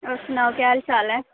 होर सनाओ केह् हाल चाल ऐ